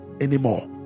anymore